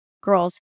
girls